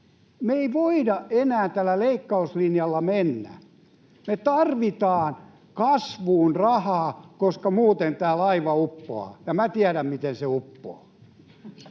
Me ei voida enää tällä leikkauslinjalla mennä. Me tarvitaan kasvuun rahaa, koska muuten tämä laiva uppoaa, ja minä tiedän, miten se uppoaa.